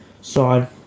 side